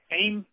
aim